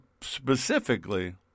specifically